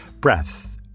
breath